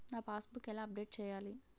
నా passbook ఎలా update చేయాలి?